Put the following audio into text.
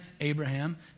Abraham